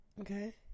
Okay